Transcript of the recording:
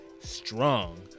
strong